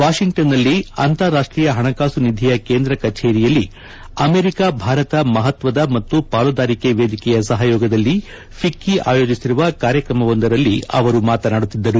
ವಾಷಿಂಗ್ಟನ್ನಲ್ಲಿ ಅಂತಾರಾಷ್ಟೀಯ ಪಣಕಾಸು ನಿಧಿಯ ಕೇಂದ್ರ ಕಚೇರಿಯಲ್ಲಿ ಅಮೆರಿಕ ಭಾರತ ಮಹತ್ವದ ಮತ್ತು ಪಾಲುದಾರಿಕೆ ವೇದಿಕೆಯ ಸಪಯೋಗದಲ್ಲಿ ಫಿಕ್ಕೆ ಆಯೋಜಿಸಿರುವ ಕಾರ್ಯಕ್ರಮವೊಂದರಲ್ಲಿ ಅವರು ಮಾತನಾಡುತ್ತಿದ್ದರು